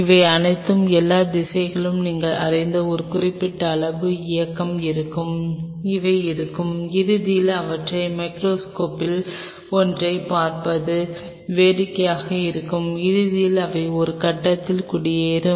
அவை ஆனால் எல்லா திசைகளையும் நீங்கள் அறிந்த ஒரு குறிப்பிட்ட அளவு இயக்கம் இருக்கும் அவை இருக்கும் இறுதியில் அவற்றை மைகிரோஸ்கோப்பில் ஒன்றைப் பார்ப்பது வேடிக்கையாக இருக்கும் இறுதியில் அவை ஒரு கட்டத்தில் குடியேறும்